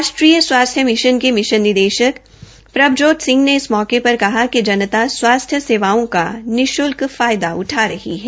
राष्ट्रीय स्वास्थ्य मिशन के मिशन निदेशक श्री प्रभजोत सिंह ने इस मौके पर कहा कि जनता स्वास्थ्य सेवाओं का निश्ल्क लाभ उठा रही है